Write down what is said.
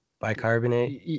bicarbonate